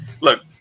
Look